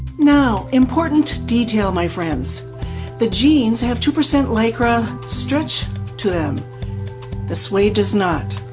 now important detail, my friends the jeans have two percent lycra stretch to them the suede does not